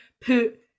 put